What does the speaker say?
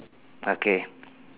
okay